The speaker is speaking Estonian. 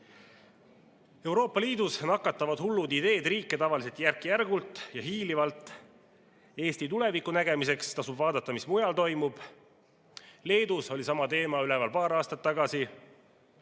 Euroopa Liidus nakatavad hullud ideed riike tavaliselt järk-järgult ja hiilivalt. Eesti tuleviku nägemiseks tasub vaadata, mis mujal toimub. Leedus oli sama teema üleval paar aastat tagasi